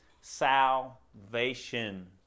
salvation